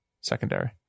secondary